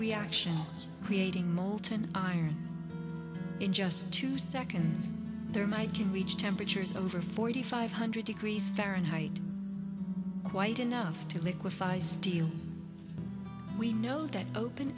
reaction creating molten iron in just two seconds there might can reach temperatures over forty five hundred degrees fahrenheit quite enough to liquify steel we know that open